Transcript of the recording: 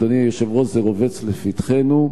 אדוני היושב-ראש, זה רובץ לפתחנו,